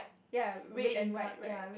ya red and white right